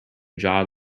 job